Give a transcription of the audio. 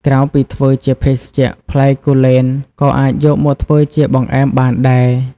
ក្រៅពីធ្វើជាភេសជ្ជៈ ផ្លែគូលែនក៏អាចយកមកធ្វើជាបង្អែមបានដែរ។